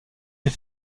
ces